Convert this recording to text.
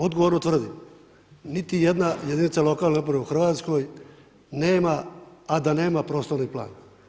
Odgovorno tvrdim niti jedna jedinica lokalne uprave u Hrvatskoj nema a da nema prostorni plan.